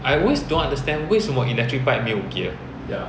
I always don't understand 为什么 electric bike 没有 gear